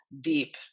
deep